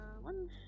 one